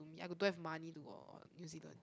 to me I don't have money to go New Zealand